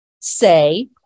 say